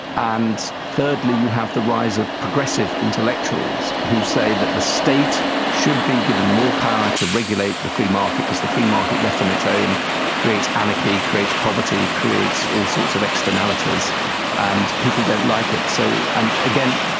and thirdly you have the rise of progressive intellectuals who say that the state should be given more power to regulate the free market because the free market left on its own creates anarchy, creates poverty, creates all sorts of externalities and people don't like it. so and again,